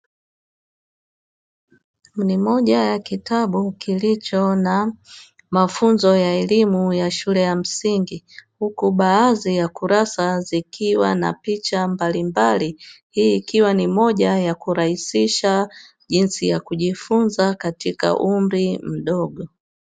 Ni moja ya kitabu kilicho na mafunzo ya elimu ya shule ya msingi, huku baadhi ya kurasa zikiwa na picha mbalimbali. Hii ikiwa ni moja ya kurahisisha jinsi ya kujifunza katika umri mdogo.